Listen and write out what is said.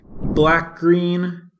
Black-green